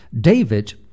David